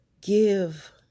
give